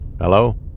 Hello